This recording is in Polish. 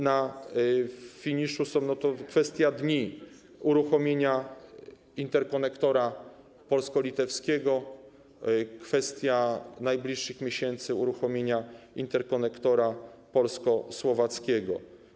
Na finiszu jest, to kwestia dni, uruchomienie interkonektora polsko-litewskiego, a kwestia najbliższych miesięcy to uruchomienie interkonektora polsko-słowackiego.